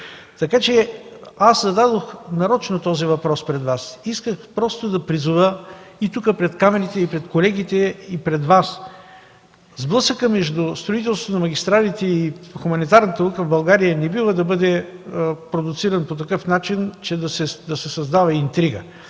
Аз зададох нарочно този въпрос пред Вас. Исках да призова – и тук пред камерите, и пред колегите, и пред Вас, сблъсъкът между строителството на магистралите и хуманитарната наука в България не бива да бъде продуциран по такъв начин, че да се създава интрига.